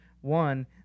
one